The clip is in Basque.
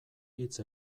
hitz